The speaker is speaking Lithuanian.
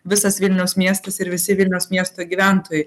visas vilniaus miestas ir visi vilniaus miesto gyventojai